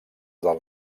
del